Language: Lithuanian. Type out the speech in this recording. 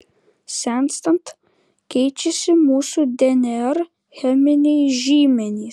senstant keičiasi mūsų dnr cheminiai žymenys